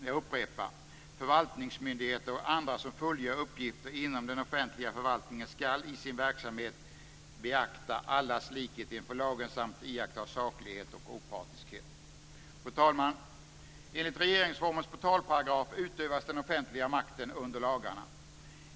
Jag upprepar: Förvaltningsmyndigheter och andra som fullgör uppgifter inom den offentliga förvaltningen ska i sin verksamhet beakta allas likhet inför lagen samt iaktta saklighet och opartiskhet. Fru talman! Enligt regeringsformens portalparagraf utövas den offentliga makten under lagarna.